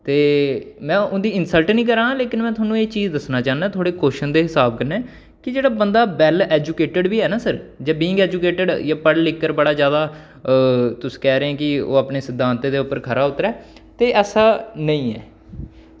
ते में उं'दी इन्सल्ट निं करा ना लेकिन में थुआनूं एह् दस्सना चाह्न्नां थुआढ़े क्वेच्शन दे स्हाब कन्नै कि जेह्ड़ा बंदा वैल्ल एजूकेटेड बी ऐ ना सर जां बीइंग ऐजूकेटेड पढ़ लिखकर बड़ा जादा तुस कह रहे कि ओह् अपने सिद्धांतें दे उप्पर खरा उतरै ते ऐसा नेईं ऐ